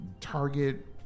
Target